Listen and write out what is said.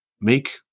make